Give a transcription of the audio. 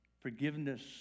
forgiveness